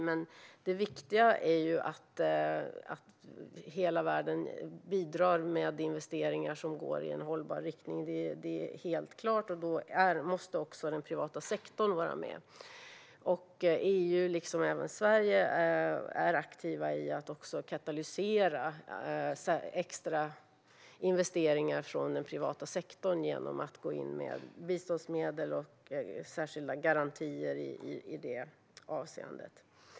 Men det viktiga är ju att hela världen bidrar med investeringar som går i en hållbar riktning. Det är helt klart. Då måste också den privata sektorn vara med. EU är, liksom Sverige, aktivt i att katalysera extra investeringar från den privata sektorn genom att gå in med biståndsmedel och särskilda garantier i det avseendet.